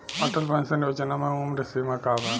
Atal pension Yojana मे उम्र सीमा का बा?